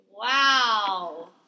Wow